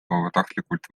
vabatahtlikult